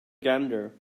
gander